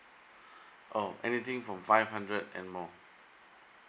oh everything from five hundred and more